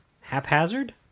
haphazard